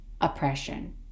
oppression